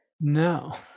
No